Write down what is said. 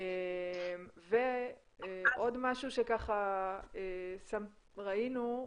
--- ועוד משהו שראינו,